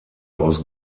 aus